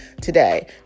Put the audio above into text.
today